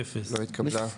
0 ההסתייגות לא התקבלה.